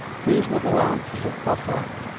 these were the lances of cossacks,